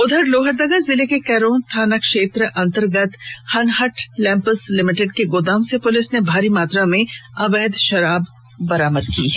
उधर लोहरदगा जिले के कैरो थानाक्षेत्र अंतर्गत हनहट लैम्पस लिमिटेड के गोदाम से पुलिस ने भारी मात्रा में अवैध शराब बरामद की है